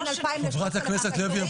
בין 2,000 ל-3,000 --- חברת הכנסת לוי אבקסיס,